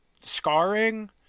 scarring